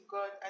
God